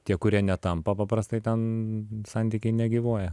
tie kurie netampa paprastai ten santykiai negyvuoja